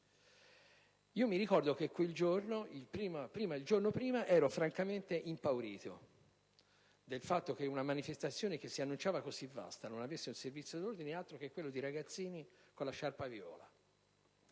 Ricordo che il giorno prima ero francamente impaurito del fatto che una manifestazione che si annunciava molto vasta non avesse un servizio d'ordine, oltre quello di ragazzini con la sciarpa viola.